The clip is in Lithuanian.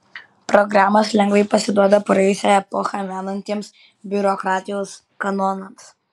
programos lengvai pasiduoda praėjusią epochą menantiems biurokratijos kanonams